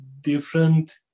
different